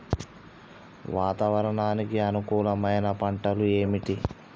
వాతావరణానికి అనుకూలమైన పంటలు ఏంటి?